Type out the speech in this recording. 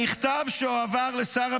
אלה